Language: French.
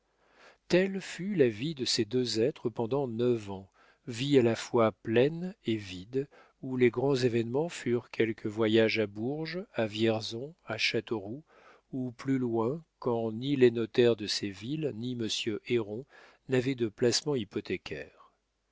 telle fut la vie de ces deux êtres pendant neuf ans vie à la fois pleine et vide où les grands événements furent quelques voyages à bourges à vierzon à châteauroux ou plus loin quand ni les notaires de ces villes ni monsieur héron n'avaient de placements hypothécaires